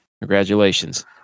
Congratulations